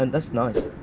and that's nice.